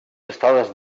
estades